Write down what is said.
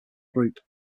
group